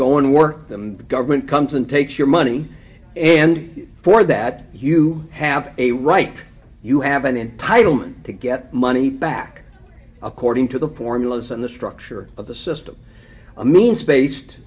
and work them government comes and takes your money and for that you have a right you have an entitlement to get money back according to the formulas and the structure of the system a means based